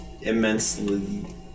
immensely